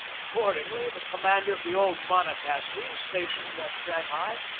accordingly, the commander of the old monoc acy, stationed at shanghai,